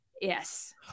Yes